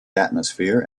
atmosphere